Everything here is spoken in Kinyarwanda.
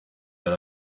yari